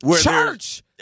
Church